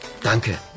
Danke